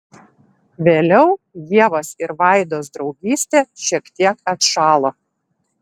vėliau ievos ir vaidos draugystė šiek tiek atšalo